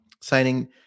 signing